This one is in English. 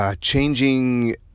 Changing